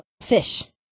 fish